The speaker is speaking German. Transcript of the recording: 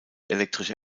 elektrische